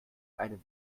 eine